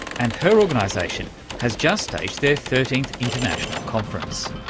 and her organisation has just staged their thirteenth international conference.